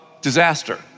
disaster